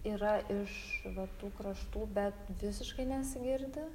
yra iš va tų kraštų bet visiškai nesigirdi